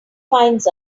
finds